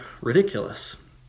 ridiculous